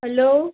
hello